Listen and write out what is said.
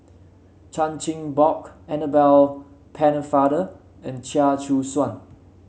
Chan Chin Bock Annabel Pennefather and Chia Choo Suan